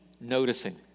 noticing